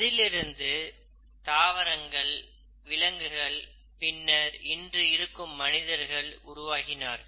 அதிலிருந்து தாவரங்கள் விலங்குகள் பின்னர் இன்று இருக்கும் மனிதர்கள் உருவானார்கள்